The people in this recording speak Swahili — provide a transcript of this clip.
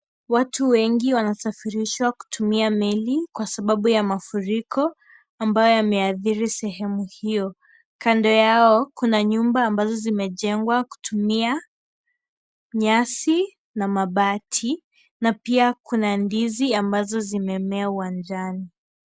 Watu wengi wamesafirishwa kutumia meli kwa sababu ya mafuriko ambayo yameathiri sehemu hiyo ,kando yao kuna nyumba ambazo zimejengwa kutumia nyasi na mabati na pia kuna ndizi ambazo zimeea uwanjani.